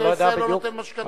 אני לא יודע בדיוק,